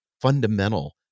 fundamental